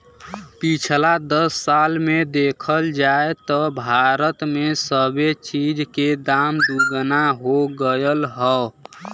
पिछला दस साल मे देखल जाए त भारत मे सबे चीज के दाम दुगना हो गएल हौ